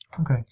Okay